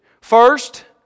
First